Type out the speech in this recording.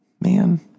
Man